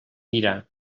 mirar